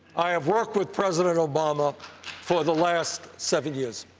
i have worked with president obama for the last seven years.